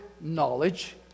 knowledge